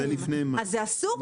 אז זה אסור?